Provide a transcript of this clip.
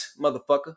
motherfucker